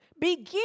Begin